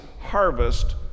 harvest